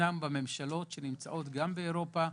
בממשלות שנמצאות באירופה,